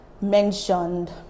mentioned